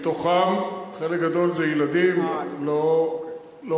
מתוכם, חלק גדול זה ילדים, לא מפרנסים.